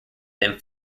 then